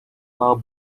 are